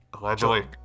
Allegedly